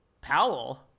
Powell